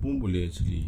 pun boleh segi